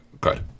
Good